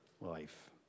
life